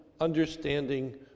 understanding